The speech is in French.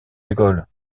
l’école